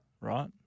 Right